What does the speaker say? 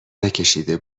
نکشیده